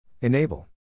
Enable